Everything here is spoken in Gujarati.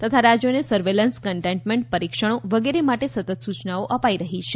તથા રાજ્યોને સર્વેલન્સ કન્ટેન્ટમેન્ટ પરીક્ષણો વગેરે માટે સતત સૂચનાઓ અપાઈ રહી છે